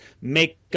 make